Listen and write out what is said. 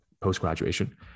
post-graduation